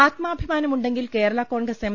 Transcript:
ആത്മാഭിമാനമുണ്ടെങ്കിൽ Kerala Congress M